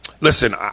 Listen